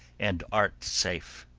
and art safe.